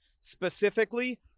Specifically